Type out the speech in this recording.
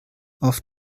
auf